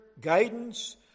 guidance